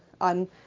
on